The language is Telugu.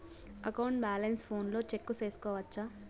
అకౌంట్ బ్యాలెన్స్ ఫోనులో చెక్కు సేసుకోవచ్చా